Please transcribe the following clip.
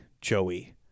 joey